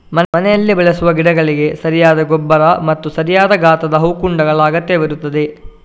ಮನೆಯಲ್ಲಿ ಬೆಳೆಸುವ ಗಿಡಗಳಿಗೆ ಸರಿಯಾದ ಗೊಬ್ಬರ ಮತ್ತು ಸರಿಯಾದ ಗಾತ್ರದ ಹೂಕುಂಡಗಳ ಅಗತ್ಯವಿರುತ್ತದೆ